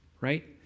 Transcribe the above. right